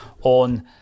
on